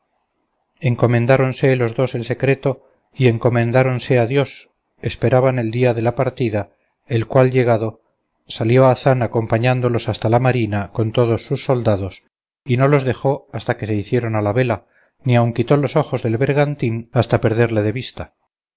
comunicado encomendáronse los dos el secreto y encomendándose a dios esperaban el día de la partida el cual llegado salió hazán acompañándolos hasta la marina con todos sus soldados y no los dejó hasta que se hicieron a la vela ni aun quitó los ojos del bergantín hasta perderle de vista